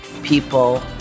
People